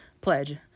Pledge